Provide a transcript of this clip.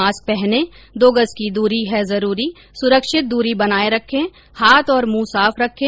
mask पहनें दो गज की दूरी है जरूरी सुरक्षित दूरी बनाए रखें हाथ और मुंह साफ रखें